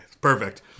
perfect